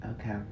okay